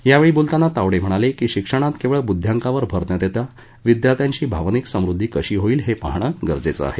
यावेळी बोलताना विनोद तावडे म्हणाले की शिक्षणात केवळ बुद्ध्यांकावर भर न देता विद्यार्थ्याची भावनिक समृद्दी कशी होईल हे पाहणं गरजेचं आहे